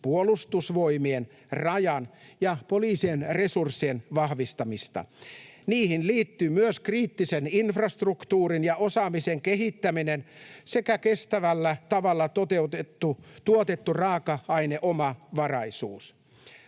Puolustusvoimien, Rajan ja poliisin resurssien vahvistamista. Niihin liittyy myös kriittisen infrastruktuurin ja osaamisen kehittäminen sekä kestävällä tavalla tuotettu raaka-aineomavaraisuus.